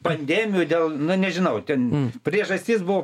pandemijų dėl na nežinau ten priežastis buvo